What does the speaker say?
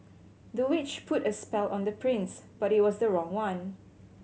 the witch put a spell on the prince but it was the wrong one